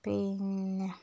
പിന്നെ